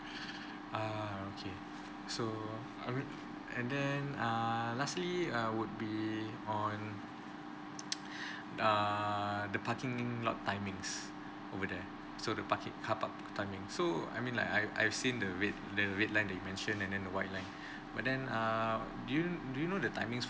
err okay so uh and then err lastly uh would be on err the parking lot timings over there so the parking carpark timing so I mean like I I've seen the red the red line that you mention and then the white line but then err do you do you know the timings